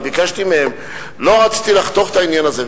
אני ביקשתי מהם, לא רציתי לחתוך את העניין הזה.